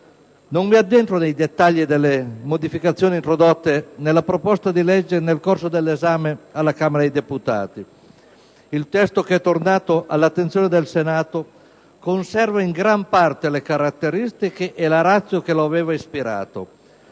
Non mi addentro nei dettagli delle modificazioni introdotte alla proposta di legge nel corso dell'esame alla Camera dei deputati. Il testo che è tornato all'attenzione del Senato conserva in gran parte le sue caratteristiche, così come la *ratio* che lo aveva ispirato,